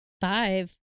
Five